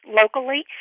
locally